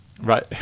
right